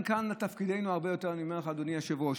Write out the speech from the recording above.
אדוני היושב-ראש,